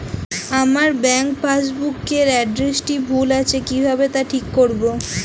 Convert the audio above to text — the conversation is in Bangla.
আমার ব্যাঙ্ক পাসবুক এর এড্রেসটি ভুল আছে কিভাবে তা ঠিক করবো?